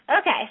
Okay